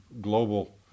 global